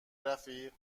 رفیق